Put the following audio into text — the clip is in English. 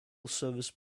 service